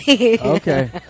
Okay